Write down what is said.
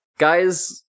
Guys